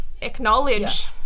acknowledge